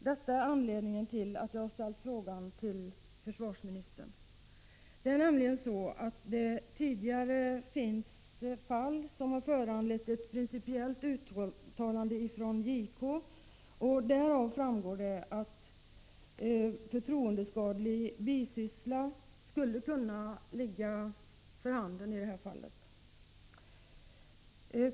Det är anledningen till att jag har ställt frågan till försvarsministern. Det finns tidigare jämförbara fall som har föranlett ett principiellt uttalande från justitiekanslern. Av detta uttalande framgår det att förtroendeskadlig bisyssla skulle kunna vara för handen i detta fall.